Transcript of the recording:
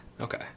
Okay